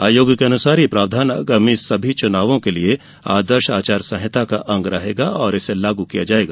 आयोग के अनुसार यह प्रावधान आगामी सभी चुनावों के लिए आदर्श आचार संहिता का अंग रहेगा और इसे लागू किया जाएगा